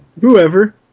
Whoever